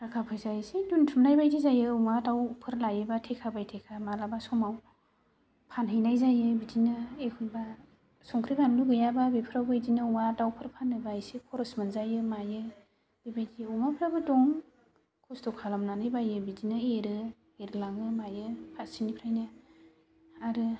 थाखा फैसा एसे दोनथुमनाय बायदि जायो अमा दाउफोर लायोबा थेखा बाय थेखा माब्लाबा समाव फानहैनाय जायो बिदिनो एखम्बा संख्रि बानलु गैयाबा बेफोरावबो बिदिनो अमा दाउफोर फानोबा इसे खरस मोनजायो मायो बेबायदि अमाफोराबो दं खस्त' खालामनानै बायो बिदिनो एरो एरलाङो मायो फारसेनिफ्रायनो आरो